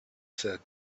said